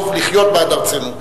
טוב לחיות בעד ארצנו.